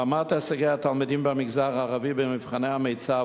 רמת הישגי התלמידים במגזר הערבי במבחני המיצ"ב